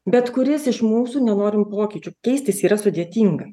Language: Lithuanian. bet kuris iš mūsų nenorim pokyčių keistis yra sudėtinga